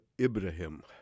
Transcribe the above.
Ibrahim